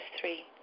three